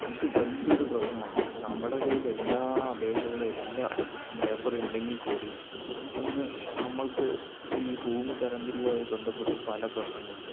ഇതു വലിയൊരു പ്രശ്നമാണ് നമ്മുടെ കയ്യിൽ എല്ലാ അപേക്ഷകളും എല്ലാ പേപ്പർ ഉണ്ടെങ്കിൽക്കൂടി ഇന്ന് നമ്മൾക്ക് ഈ ഭൂമി തരംതിരിവുമായി ബന്ധപ്പെട്ട് പല പ്രശ്നങ്ങളുണ്ട്